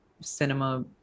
cinema